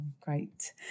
Great